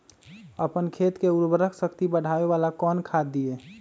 अपन खेत के उर्वरक शक्ति बढावेला कौन खाद दीये?